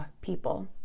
people